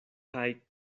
kaj